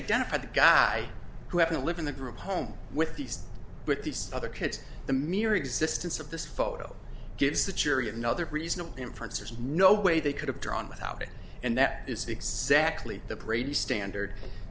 identified the guy who happen to live in the group home with these with these other kids the mere existence of this photo gives the jury another reasonable inference there's no way they could have drawn without it and that is exactly the brady standard